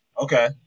Okay